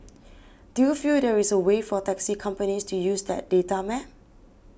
do you feel there is a way for taxi companies to use that data map